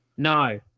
No